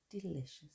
delicious